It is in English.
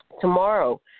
Tomorrow